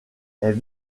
est